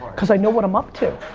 because i know what i'm up to.